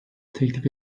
teklif